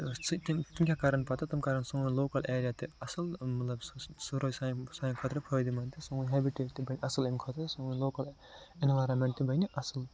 تہٕ أتھۍ سۭتۍ تِم تِم کیٛاہ کَرَن پَتہٕ تِم کَرَن سون لوکَل اٮ۪رِیا تہِ اصٕل مطلب سُہ سُہ روزِ سانہِ خٲطرٕ فٲیِدٕ منٛد تہٕ سون ہٮ۪بِٹیٹ تہِ بَنہِ اَصٕل أمۍ خٲطرٕ سون لوکَل اٮ۪نوارامیٚنٹ تہِ بَنہِ اَصٕل